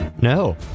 No